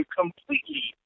completely